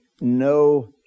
no